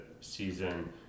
season